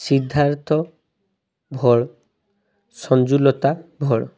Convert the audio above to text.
Siddharth Bhol Sanjulata Bhol